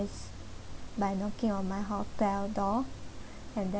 by knocking on my hotel door and then